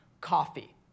coffee